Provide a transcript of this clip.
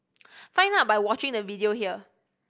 find out by watching the video here